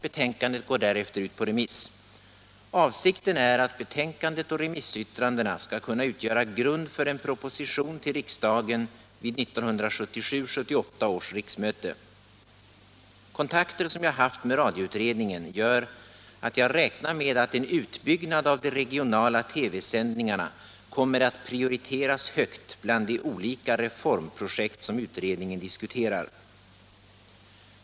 Betänkandet går därefter ut på remiss. Avsikten är att betänkandet och remissyttrandena skall kunna utgöra grund för en proposition till riksdagen vid 1977/78 års riksmöte. Kontakter som jag haft med radioutredningen gör att jag räknar med att en utbyggnad av de regionala TV-sändningarna kommer att prioriteras högt bland de olika reformprojekt som utredningen diskuterar.